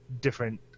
different